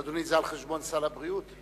אדוני, זה על חשבון סל הבריאות?